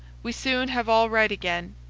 we soon have all right again,